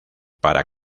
para